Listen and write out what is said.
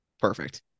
perfect